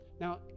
Now